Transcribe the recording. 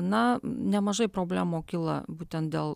na nemažai problemų kyla būtent dėl